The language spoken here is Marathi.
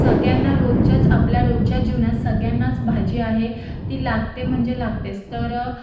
सगळ्यांना रोजच्याच आपल्या रोजच्या जीवनात सगळ्यांनाच भाजी आहे ती लागते म्हणजे लागतेच तर